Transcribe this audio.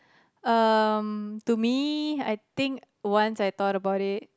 um to me I think once I thought about it